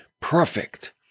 perfect